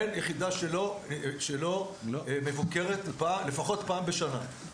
אין יחידה שלא מבוקרת, הוא בא לפחות פעם בשנה.